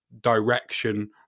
direction